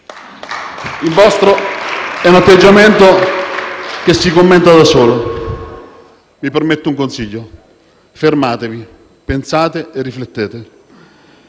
Il vostro è un atteggiamento che si commenta da solo. Mi permetto un consiglio: fermatevi, pensate e riflettete.